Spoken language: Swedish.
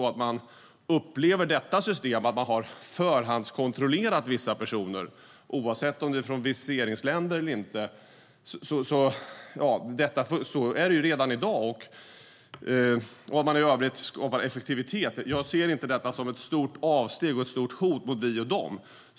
Att man förhandskontrollerar vissa personer, oavsett om de kommer från viseringsländer eller inte, är något som man gör redan i dag och att man i övrigt skapar effektivitet ser jag inte som ett stort avsteg och ett stort hot mot vi och de.